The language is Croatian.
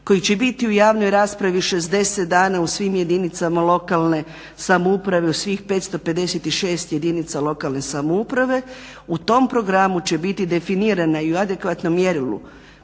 koji će biti u javnoj raspravi 60 dana u svim jedinicama lokalne samouprave u svih 556 jedinica lokalne samouprave. U tom programu će biti definirana i u adekvatnom mjerilu